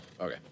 Okay